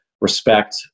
respect